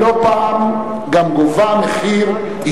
הכניסה תהיה במחלף הראל,